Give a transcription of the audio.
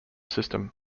system